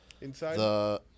Inside